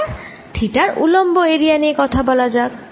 এবার থিটার উলম্ব এরিয়া নিয়ে কথা বলা যাক